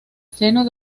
seno